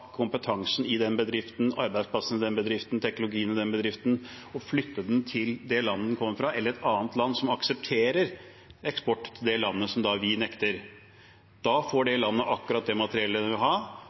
kompetansen i den bedriften – arbeidsplassene i den bedriften og teknologien i den bedriften – og flytte den til det landet den kommer fra, eller et annet land som aksepterer eksport til det landet vi nekter. Da får det